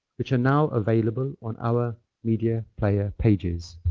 which are now available on our media player pages.